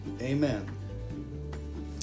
Amen